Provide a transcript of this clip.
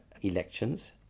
elections